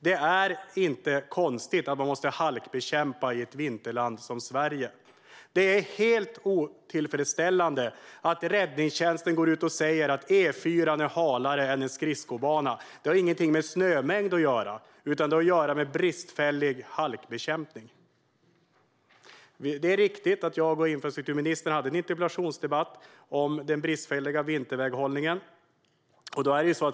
Det är inte konstigt att man måste halkbekämpa i ett vinterland som Sverige. Det är helt otillfredsställande att Räddningstjänsten går ut och säger: E4:an är halare än en skridskobana. Det har ingenting med snömängd att göra. Det har att göra med bristfällig halkbekämpning. Det är riktigt att jag och infrastrukturministern hade en interpellationsdebatt om den bristfälliga vinterväghållningen.